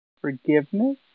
Forgiveness